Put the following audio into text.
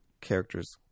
characters